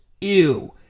ew